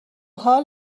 حال